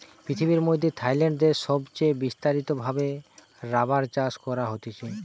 পৃথিবীর মধ্যে থাইল্যান্ড দেশে সবচে বিস্তারিত ভাবে রাবার চাষ করা হতিছে